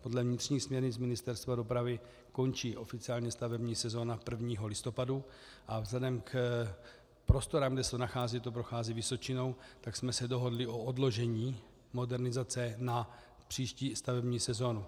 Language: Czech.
Podle vnitřních směrnic Ministerstva dopravy končí oficiálně stavební sezóna 1. listopadu a vzhledem k prostorám, kde se to nachází, to prochází Vysočinou, tak jsme se dohodli o odložení modernizace na příští stavební sezónu.